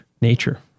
nature